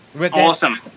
Awesome